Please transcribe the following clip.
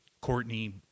Courtney